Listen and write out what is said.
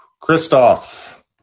Christoph